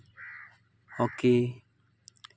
ᱦᱚᱸᱠᱤ